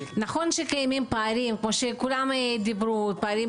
אלה שלושה פרויקטים שכל אחד מהם מספק עשרות אלפי